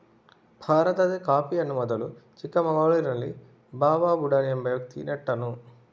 ಭಾರತದಲ್ಲಿ ಕಾಫಿಯನ್ನು ಮೊದಲು ಚಿಕ್ಕಮಗಳೂರಿನಲ್ಲಿ ಬಾಬಾ ಬುಡನ್ ಎಂಬ ವ್ಯಕ್ತಿ ನೆಟ್ಟನು